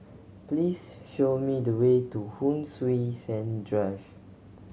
please show me the way to Hon Sui Sen Drive